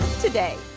today